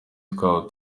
twabo